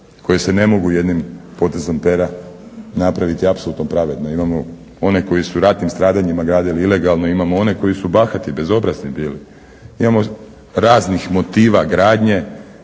koje se ne mogu jednim potezom pera napraviti apsolutno pravedno. Imamo one koje su u ratnim stradanjima gradili ilegalno, imamo one koji su bahati, bezobrazni bili, imamo raznih motiva gradnje,